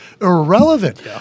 Irrelevant